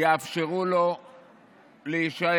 יאפשרו לו להישאר